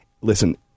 Listen